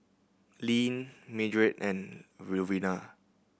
Leeann Mildred and Louvenia